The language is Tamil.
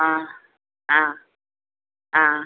ஆ ஆ ஆ